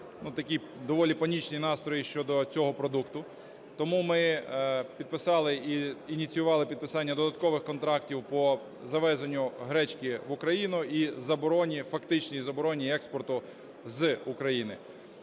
таки доволі панічні настрої щодо цього продукту. Тому ми підписали і ініціювали підписання додаткових контрактів по завезенню гречки в Україну і забороні, фактичній забороні експорту з України.